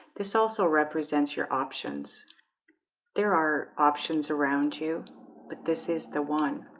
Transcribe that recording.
this also represents your options there are options around you but this is the one